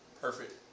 Perfect